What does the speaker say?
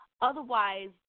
Otherwise